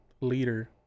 leader